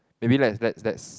maybe let's let's let's